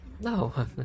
no